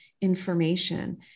information